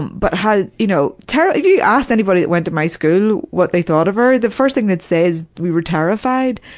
but, how you know, terr if you asked anybody who when to my school what they thought of her the first thing they'd say is, we were terrified.